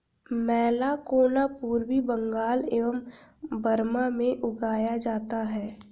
मैलाकोना पूर्वी बंगाल एवं बर्मा में उगाया जाता है